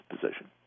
position